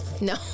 No